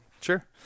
Sure